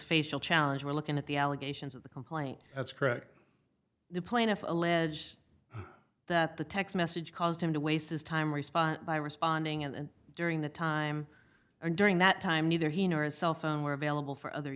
facial challenge we're looking at the allegations of the complaint that's correct the plaintiff alleged that the text message caused him to waste his time respond by responding and during the time or during that time neither he nor his cell phone were available for other